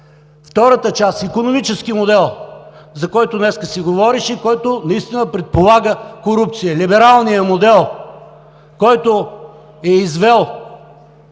Втората част – икономически модел, за който днес се говореше, и който наистина предполага корупция, либералният модел, който е извел